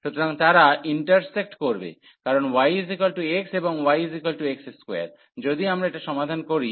সুতরাং তারা ইন্টারসেক্ট করবে কারণ y x এবং yx2 যদি আমরা এটা সমাধান করি